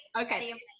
Okay